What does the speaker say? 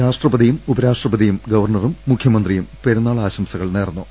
രാഷ്ട്രപതിയും ഉപരാഷ്ട്രപതിയും ഗവർണറും മുഖ്യമന്ത്രിയും പെരുന്നാൾ ആശംസകൾ നേർന്നു